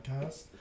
podcast